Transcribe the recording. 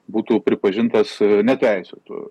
būtų pripažintas neteisėtu